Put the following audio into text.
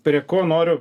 prie ko noriu